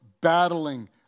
battling